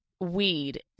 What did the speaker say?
weed